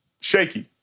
shaky